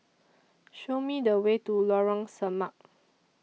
Show Me The Way to Lorong Samak